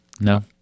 No